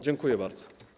Dziękuję bardzo.